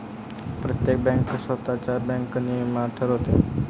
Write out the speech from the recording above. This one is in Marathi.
प्रत्येक बँक स्वतःच बँक नियमन ठरवते